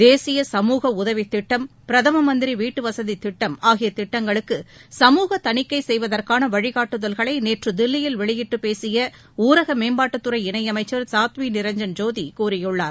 தேசிய சமூக உதவித் திட்டம் பிரதம மந்திரி வீட்டுவசதித் திட்டம் ஆகிய திட்டங்களுக்கு சமூக தணிக்கை செய்வதற்கான வழிகாட்டுதல்களை நேற்று தில்லியில் வெளியிட்டுப் பேசிய ஊரக மேம்பாட்டுத்துறை இணையமைச்சர் சாத்வி நிரஞ்சன் ஜோதி இதனை தெரிவித்தார்